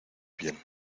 bien